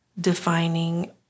defining